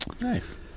Nice